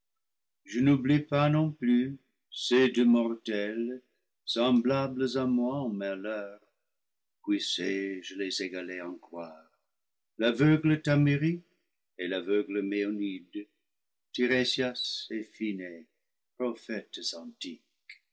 je n'oublie pas non plus ces deux mortels semblables à moi en malheur puissé-je les égaler en gloire l'aveugle thamyris et l'aveugle méonides tirésias et phinée prophètes